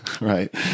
right